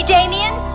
Damien